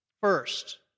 first